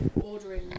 ordering